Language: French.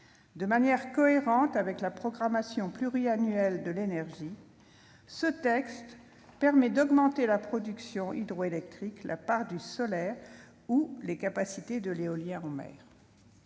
De manière cohérente avec la programmation pluriannuelle de l'énergie, ce texte permet d'augmenter la production hydroélectrique, la part du solaire, ou encore les capacités de l'éolien en mer.